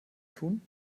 tun